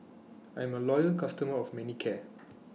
I'm A Loyal customer of Manicare